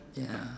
ya